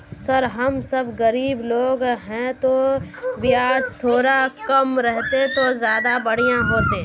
sir हम सब गरीब लोग है तो बियाज थोड़ा कम रहते तो ज्यदा बढ़िया होते